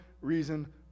reason